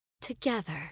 together